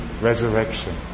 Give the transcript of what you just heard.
resurrection